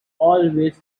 always